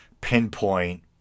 pinpoint